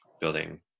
building